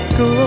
go